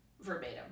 verbatim